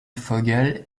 vogel